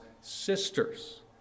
sisters